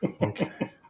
Okay